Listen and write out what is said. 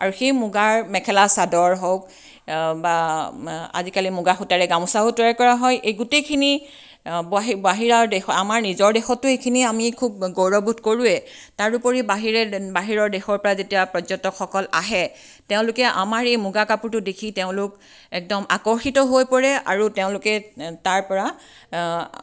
আৰু সেই মুগাৰ মেখেলা চাদৰ হওক বা আজিকালি মুগাসূতাৰে গামোচাও তৈয়াৰ কৰা হয় এই গোটেইখিনি বাহিৰাৰ দেশত আমাৰ নিজৰ দেশতো এইখিনি আমি খুব গৌৰৱ বোধ কৰোঁৱেই তাৰোপৰি বাহিৰে বাহিৰৰ দেশৰ পৰা যেতিয়া পৰ্যটকসকল আহে তেওঁলোকে আমাৰ এই মুগা কাপোৰটো দেখি তেওঁলোক একদম আকৰ্ষিত হৈ পৰে আৰু তেওঁলোকে তাৰপৰা